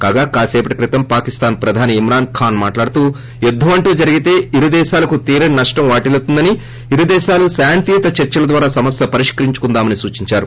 కాగా కాసీపటి క్రితం పాకిస్తాన్ ప్రధాని ఇమ్రాన్ ఖాన్ మాట్లాడుతూ యుద్దం అంటూ జరిగితే ఇరుదేశాలకు తీరని నష్టం వాటిల్లుతుందని ఇరుదేశాలు శాంతియుత చర్సల ద్వారా సమస్వ పరిష్కరించుకుందామని సూచిందారు